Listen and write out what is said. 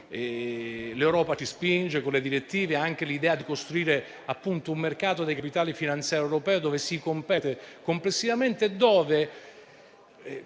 europea ci spinge, con le direttive e anche con l'idea di costruire un mercato dei capitali finanziari europeo, dove si compete complessivamente.